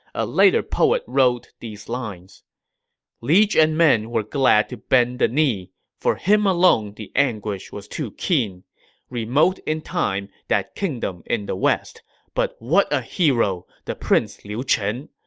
a later poet wrote these lines liege and men were glad to bend the knee for him alone the anguish was too keen remote in time that kingdom in the west but what a hero the prince liu chen!